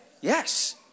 Yes